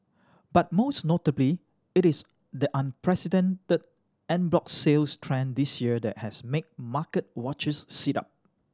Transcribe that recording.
but most notably it is the unprecedented en bloc sales trend this year that has made market watchers sit up